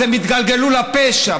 אז הם יתגלגלו לפשע,